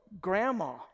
grandma